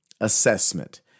assessment